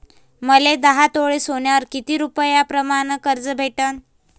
मले दहा तोळे सोन्यावर कितीक रुपया प्रमाण कर्ज भेटन?